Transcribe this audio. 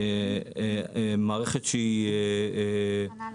מערכת שהיא הכנה להתקנה,